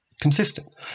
consistent